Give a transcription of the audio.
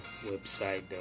website